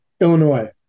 Illinois